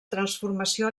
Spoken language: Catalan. transformació